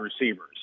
receivers